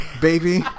baby